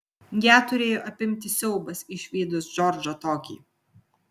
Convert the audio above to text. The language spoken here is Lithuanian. ją turėjo apimti siaubas išvydus džordžą tokį